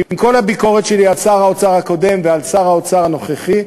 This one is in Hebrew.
ועם כל הביקורת שלי על שר האוצר הקודם ועל שר האוצר הנוכחי,